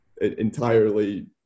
entirely